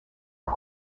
are